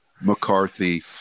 McCarthy